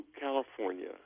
California